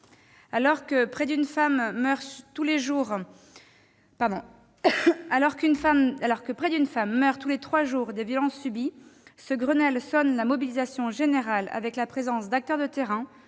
Alors que près d'une femme meurt tous les trois jours des violences qu'elle subit, ce Grenelle sonne la mobilisation générale avec la présence d'acteurs de terrain,